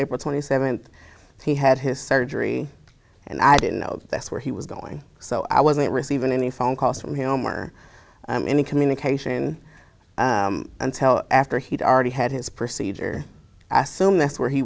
was twenty seventh he had his surgery and i didn't know that's where he was going so i wasn't receiving any phone calls from him or any communication until after he'd already had his procedure i assume that's where he